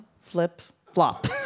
flip-flop